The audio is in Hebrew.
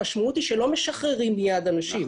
המשמעות היא שלא משחררים מייד אנשים.